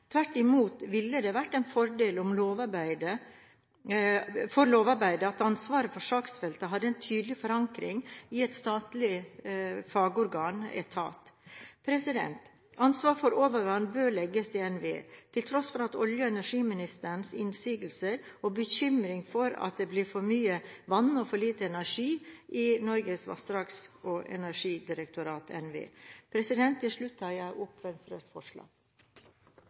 Tvert imot ville det vært en fordel for lovarbeidet at ansvaret for saksfeltet hadde en tydelig forankring i et statlig fagorgan/en statlig etat. Ansvar for overvann bør legges til NVE, til tross for olje- og energiministerens innsigelser og bekymring for at det blir for mye vann og for lite energi i Norges vassdrags- og energidirektorat, NVE. Til slutt vil jeg ta opp Venstres forslag.